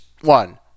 one